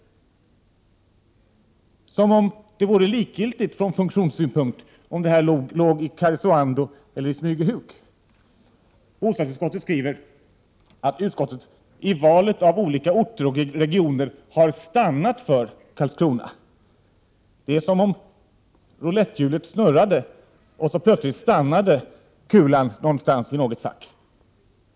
Som om det vore likgiltigt från funktionssynpunkt om detta ämbetsverk låg i Karesuando eller i Smygehuk! Bostadsutskottet skriver att utskottet i valet mellan orter och regioner har stannat för Karlskrona. Det är som om rouletthjulet snurrade och kulan plötsligt stannade vid något fack.